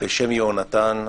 בשם יהונתן,